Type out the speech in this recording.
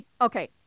okay